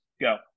Go